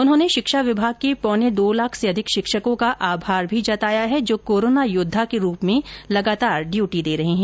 उन्होंने शिक्षा विभाग के पौने दो लाख से अधिक शिक्षकों का आभार भी जताया है जो कोरोना योद्वा के रूप में लगतार ड्यूटी दे रहे हैं